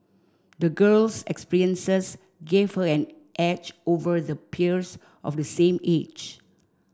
the girl's experiences gave her an edge over the peers of the same age